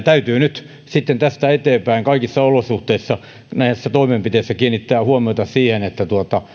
täytyy nyt sitten tästä eteenpäin kaikissa olosuhteissa näissä toimenpiteissä kiinnittää huomiota siihen että